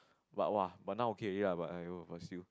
but !wah! but now okay already lah but !aiyo! but still